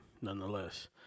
nonetheless